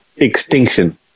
Extinction